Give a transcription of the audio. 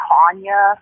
Tanya